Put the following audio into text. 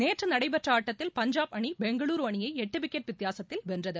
நேற்று நடைபெற்ற ஆட்டத்தில் பஞ்சாப் அணி பெங்களுரு அணியை எட்டு விக்கெட் வித்தியாசத்தில் வென்றது